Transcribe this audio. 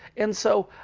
and so,